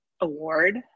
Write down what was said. award